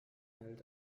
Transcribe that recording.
hält